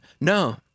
No